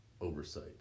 oversight